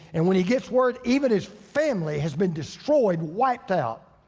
and when he gets word, even his family has been destroyed, wiped out.